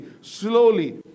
slowly